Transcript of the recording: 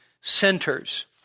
centers